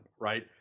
Right